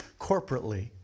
corporately